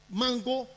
mango